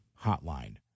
hotline